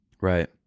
Right